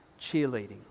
cheerleading